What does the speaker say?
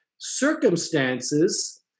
circumstances